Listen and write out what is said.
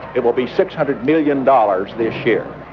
it will be six hundred million dollars this year.